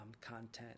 content